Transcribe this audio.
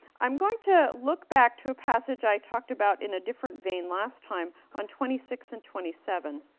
i'm going to look back to a passage i talked about in a different vein last time, on twenty six and twenty seven,